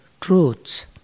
truths